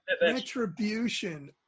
retribution